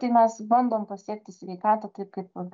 tai mes bandom pasiekti sveikatą taip kaip